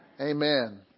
Amen